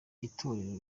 itorero